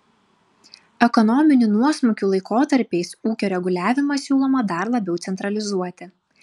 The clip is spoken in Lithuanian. ekonominių nuosmukių laikotarpiais ūkio reguliavimą siūloma dar labiau centralizuoti